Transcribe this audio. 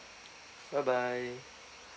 bye bye